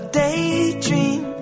daydream